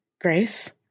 grace